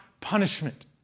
punishment